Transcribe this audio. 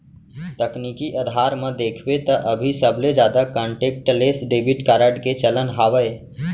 तकनीकी अधार म देखबे त अभी सबले जादा कांटेक्टलेस डेबिड कारड के चलन हावय